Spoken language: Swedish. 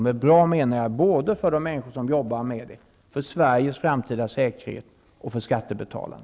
Med bra menar jag både för de människor som arbetar med projektet, för Sveriges framtida säkerhet och för skattebetalarna.